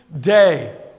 Day